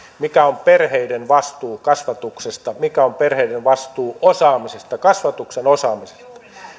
mikä on perheiden vastuu kasvatuksesta mikä on perheiden vastuu osaamisesta kasvatuksen osaamisesta